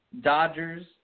Dodgers